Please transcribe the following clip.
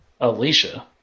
Alicia